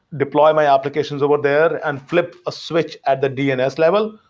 deploy my applications over there and flip a switch at the dns level?